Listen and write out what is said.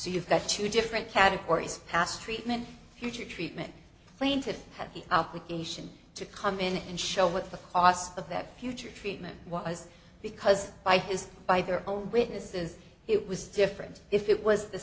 you've got two different categories pass treatment future treatment plaintiffs have the application to come in and show what the cost of that future treatment was because by his by their own witnesses it was different if it was the